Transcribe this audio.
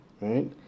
Right